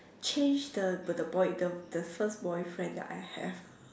change the the boy the the first boyfriend that I have